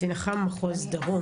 קצין אח"ם מחוז דרום.